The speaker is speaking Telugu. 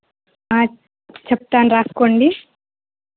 ఆ చెప్తాను రాస్కోండి